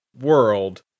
world